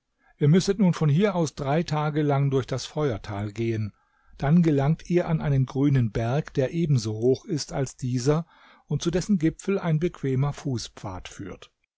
ihr müsset nun von hier aus drei tage lang durch das feuertal gehen dann gelangt ihr an einen grünen berg der ebenso hoch ist als dieser und zu dessen gipfel ein bequemer fußpfad führt